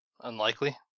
unlikely